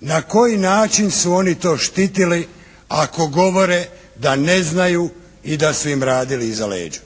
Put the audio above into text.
Na koji način su oni to štitili ako govore da ne znaju i da su im radili iza leđa?